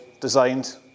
designed